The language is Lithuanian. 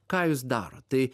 ką jis daro tai